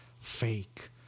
fake